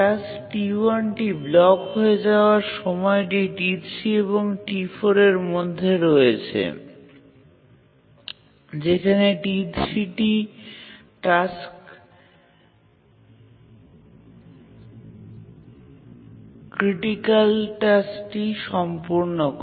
task T1 block হয়ে যাওয়ার সময়টি T3 এবং T4 এর মধ্যে থাকে এবং T3 টাস্ক ক্রিটিকাল টাস্কটিকে সম্পূর্ণ করে